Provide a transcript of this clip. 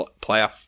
player